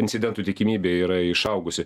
incidentų tikimybė yra išaugusi